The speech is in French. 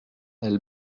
elle